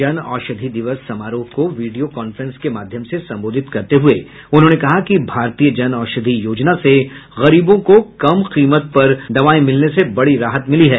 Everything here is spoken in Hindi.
जन औषधि दिवस समारोह को वीडियो कांफ्रेंस के माध्यम से संबोधित करते हुए उन्होंने कहा कि भारतीय जन औषधि योजना से गरीबों को कम कीमत पर मिलने से बड़ी राहत मिली है